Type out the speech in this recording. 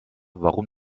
warum